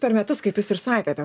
per metus kaip jūs ir sakėte